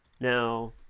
Now